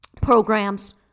programs